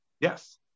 Yes